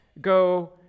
go